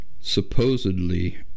supposedly